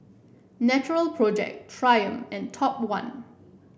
Natural Project Triumph and Top One